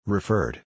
Referred